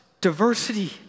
diversity